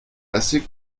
assez